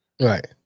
Right